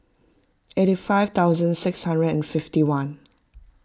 eighty five thousand six hundred and fifty one